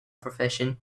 profession